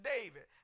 David